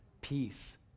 peace